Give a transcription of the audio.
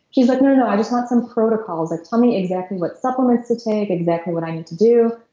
she's like, no no i just want some protocols. like tell me exactly what supplements to take, exactly what i need to do.